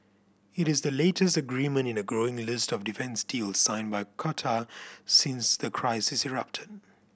it is the latest agreement in a growing list of defence deals signed by Qatar since the crisis erupted